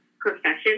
profession